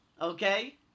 okay